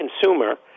consumer